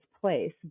place